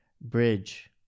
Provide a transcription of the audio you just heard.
bridge